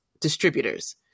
distributors